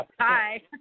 Hi